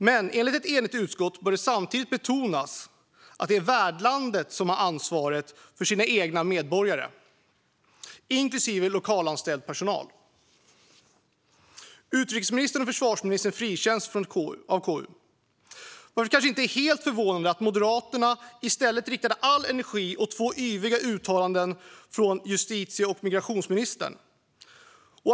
Men enligt ett enigt utskott bör det samtidigt betonas att det är värdlandet som har ansvaret för sina egna medborgare, inklusive lokalanställd personal. Utrikesministern och försvarsministern frikänns alltså av KU. Därför är det kanske inte helt förvånande att Moderaterna i stället lade all energi på två yviga uttalanden av justitie och migrationsministern.